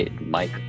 Mike